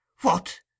What